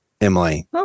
Emily